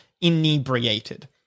inebriated